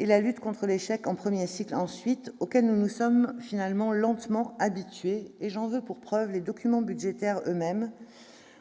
la lutte contre l'échec en premier cycle, auquel nous nous sommes finalement lentement habitués- j'en veux pour preuve les documents budgétaires eux-mêmes,